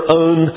own